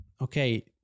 okay